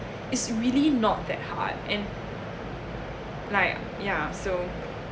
it's really not that hard and like yeah so